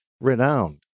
renowned